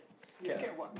scared ah